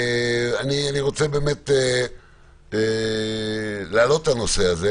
אני רוצה באמת להעלות את הנושא הזה